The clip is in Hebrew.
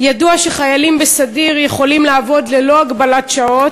2. ידוע שחיילים בסדיר יכולים לעבוד ללא הגבלת שעות,